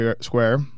square